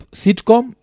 sitcom